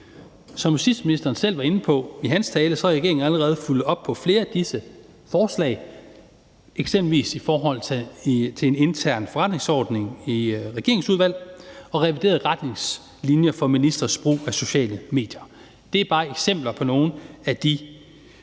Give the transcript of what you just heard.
Som justitsministeren selv var inde på i sin tale, har regeringen allerede fulgt op på flere af disse forslag, eksempelvis i forhold til en intern forretningsorden i regeringsudvalget og reviderede retningslinjer for ministres brug af sociale medier. Det er bare eksempler på nogle af de